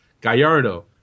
Gallardo